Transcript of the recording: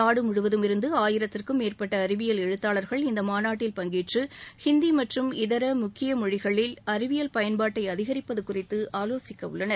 நாடு முழுவதும் இருந்து ஆயிரத்திற்கும் மேற்பட்ட அறிவியல் எழுத்தாளர்கள் இந்த மாநாட்டில் பங்கேற்று ஹிந்தி மற்றும் இதர முக்கிய மொழிகளில் அறிவியல் பயன்பாட்டை அதிகரிப்பது குறித்து ஆலோசிக்க உள்ளனர்